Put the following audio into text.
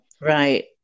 Right